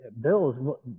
bills